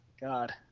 God